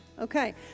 Okay